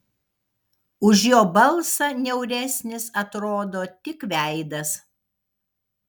už jo balsą niauresnis atrodo tik veidas